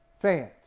Fans